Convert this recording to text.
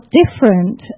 different